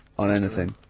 on anything.